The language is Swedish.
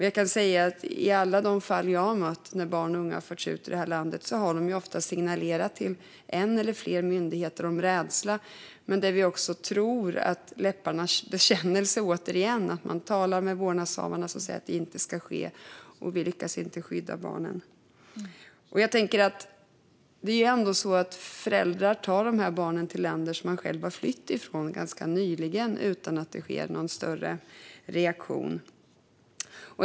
Jag kan se att i de fall som jag har mött där barn och unga har förts ut ur landet har de ofta signalerat till en eller flera myndigheter om rädsla. Man har återigen trott på vad som har varit läpparnas bekännelse när man har talat med vårdnadshavarna, som säger att detta inte ska ske. Men vi lyckas inte skydda barnen. Föräldrar tar barnen till länder som de själva har flytt ifrån ganska nyligen utan att det sker någon större reaktion.